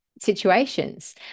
situations